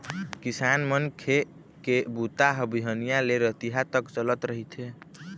किसान मनखे के बूता ह बिहनिया ले रतिहा तक चलत रहिथे